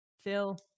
Phil